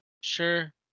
Sure